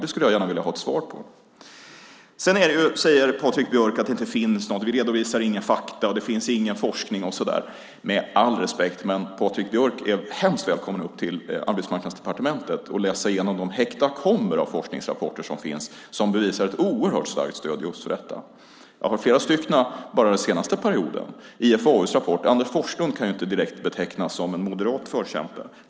Det skulle jag gärna vilja ha ett svar på. Patrik Björck säger att vi inte redovisar några fakta, att det inte finns någon forskning och så vidare. Han är hemskt välkommen upp till Arbetsmarknadsdepartementet och läsa igenom de hekatomber av forskningsrapporter som finns och som visar ett oerhört starkt stöd för just detta. Det har kommit flera bara den senaste perioden. Ta IFAU:s rapport. Anders Forslund kan ju inte direkt betecknas som en moderat förkämpe.